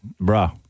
Bruh